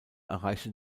erreichte